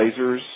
lasers